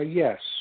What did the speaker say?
yes